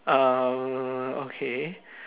um okay